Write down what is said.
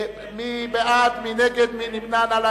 מי נמנע?